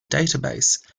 database